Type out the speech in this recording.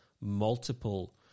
multiple